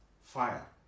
fire